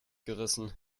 gerissen